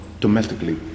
domestically